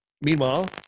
Meanwhile